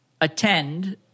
attend